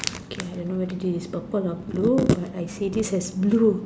okay I don't know whether this is purple or blue but I see this as blue